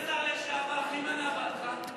אדוני השר לשעבר, מי מנע בעדך?